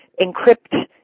encrypt